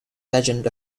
legend